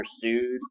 pursued